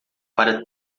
para